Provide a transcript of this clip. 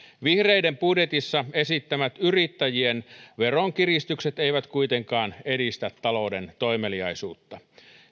vihreiden budjetissa esittämät yrittäjien veronkiristykset eivät kuitenkaan edistä talouden toimeliaisuutta